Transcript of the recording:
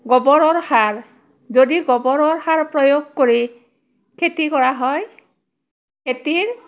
গোবৰৰ সাৰ যদি গোবৰৰ সাৰ প্ৰয়োগ কৰি খেতি কৰা হয় খেতিৰ